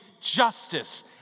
justice